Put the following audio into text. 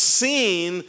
seen